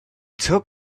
took